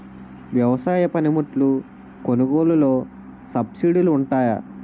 వ్యవసాయ పనిముట్లు కొనుగోలు లొ సబ్సిడీ లు వుంటాయా?